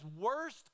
worst